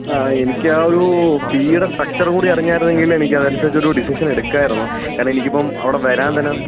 ആ എനിക്ക് ആ ഒരു ഫീയുടെ സ്ട്രെച്ചറുകൂടെ അറിഞ്ഞായിരുന്നെങ്കിൽ എനിക്ക് അതനുസരിച്ച് ഒരു ഡിസിഷനെടുക്കാമായിരുന്നു കാരണം എനിക്കിപ്പം അവിടെ വരാൻ തന്നെ